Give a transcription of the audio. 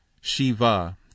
Shiva